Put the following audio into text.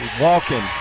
Walking